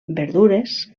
verdures